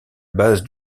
base